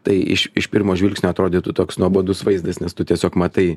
tai iš iš pirmo žvilgsnio atrodytų toks nuobodus vaizdas nes tu tiesiog matai